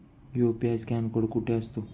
UPI scan code कुठे असतो?